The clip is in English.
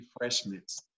refreshments